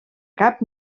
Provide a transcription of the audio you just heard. cap